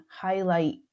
highlight